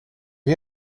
you